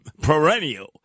perennial